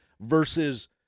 versus